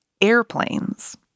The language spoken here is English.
airplanes